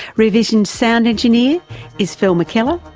rear vision's sound engineer is phil mckellar.